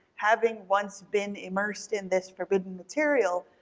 having once been immersed in this forbidden material,